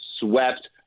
swept